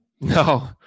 No